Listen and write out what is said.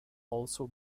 also